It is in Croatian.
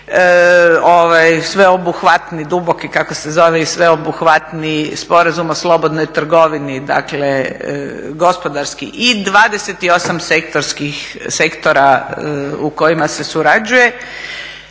sveobuhvatni, duboki i kako se zove, i sveobuhvatni sporazum o slobodnoj trgovini, dakle gospodarski i 28 sektora u kojima se surađuje.